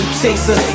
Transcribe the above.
chaser